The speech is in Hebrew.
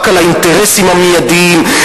רק על האינטרסים המיידיים,